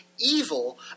evil